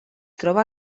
troba